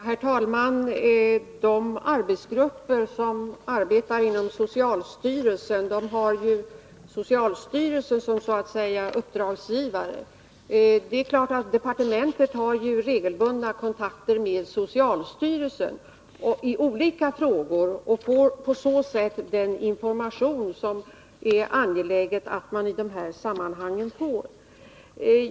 Herr talman! De arbetsgrupper som arbetar inom socialstyrelsen har socialstyrelsen som uppdragsgivare. Det är klart att departementet har regelbundna kontakter med socialstyrelsen i olika frågor och på så sätt får den information som är angelägen att få i dessa sammanhang.